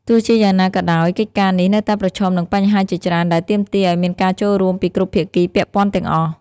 ទោះជាយ៉ាងណាក៏ដោយ កិច្ចការនេះនៅតែប្រឈមនឹងបញ្ហាជាច្រើនដែលទាមទារឱ្យមានការចូលរួមពីគ្រប់ភាគីពាក់ព័ន្ធទាំងអស់។